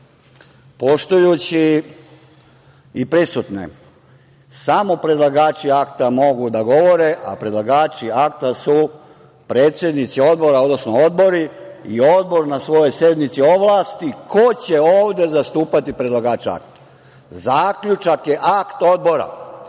poštujući i prisutne, samo predlagači akta mogu da govore, a predlagači akta su predsednici odbora, odnosno odbori i odbor na svojoj sednici ovlasti ko će ovde zastupati predlagače akta. Zaključak je akt odbora,